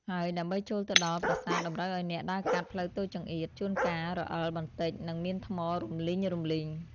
ហើយដើម្បីចូលទៅដល់ប្រាសាទតម្រូវឱ្យអ្នកដើរកាត់ផ្លូវតូចចង្អៀត ជួនកាលរអិលបន្តិចនិងមានថ្មរំលីងៗ។